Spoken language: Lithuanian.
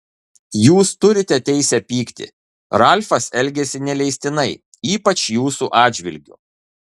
jūs turite teisę pykti ralfas elgėsi neleistinai ypač jūsų atžvilgiu